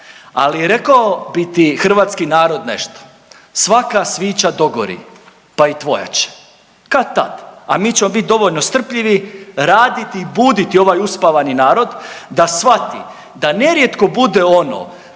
ali rekao bi ti hrvatski narod nešto. Svaka svića dogori pa i tvoja će kad-tad. A mi ćemo biti dovoljno strpljivi raditi i buditi ovaj uspavani narod da shvati da nerijetko bude ono